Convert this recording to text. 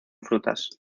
frutas